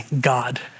God